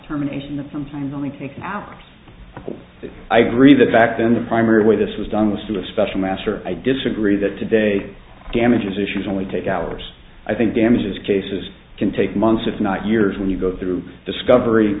determine a thing that sometimes only takes out i agree that back then the primary way this was done was to a special master i disagree that today damages issues only take hours i think damages cases can take months if not years when you go through discovery